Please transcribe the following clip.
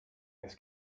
this